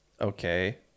Okay